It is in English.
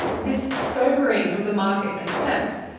this sobering of the market makes sense.